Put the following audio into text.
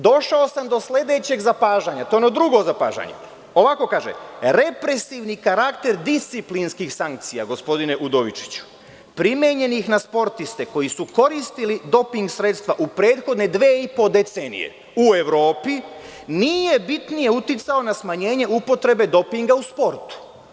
Došao sam do sledećeg zapažanja, to je ono drugo zapažanje, ovako kaže – represivni karakter disciplinskih sankcija, gospodine Udovičiću, primenjenih na sportiste koji su koristili doping sredstva u prethodne dve i po decenije u Evropi nije bitnije uticao na smanjenje upotrebe dopinga u sportu.